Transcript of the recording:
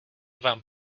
vám